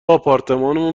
آپارتمانمون